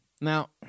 Now